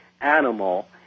animal